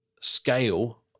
scale